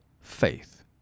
faith